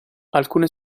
alcune